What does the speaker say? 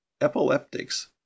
epileptics